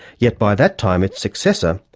yet by that time its successor,